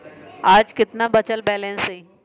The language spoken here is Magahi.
आज केतना बचल बैलेंस हई?